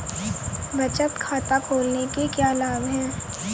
बचत खाता खोलने के क्या लाभ हैं?